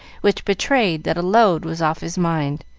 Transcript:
which betrayed that a load was off his mind.